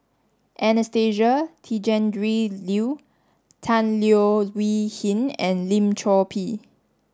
Anastasia Tjendri Liew Tan Leo Wee Hin and Lim Chor Pee